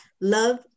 love